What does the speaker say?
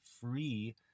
free